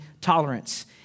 tolerance